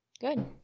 Good